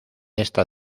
esta